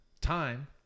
time